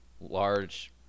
large